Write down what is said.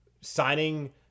signing